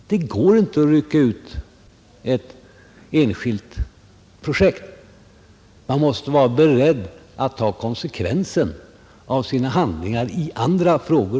Det går inte att rycka ut ett enskilt projekt. Man måste vara beredd att ta konsekvenserna av sina handlingar också i andra frågor,